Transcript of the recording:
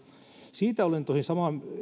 siitä olen tosin eri